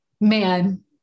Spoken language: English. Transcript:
Man